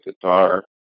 guitar